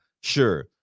sure